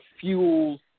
fuels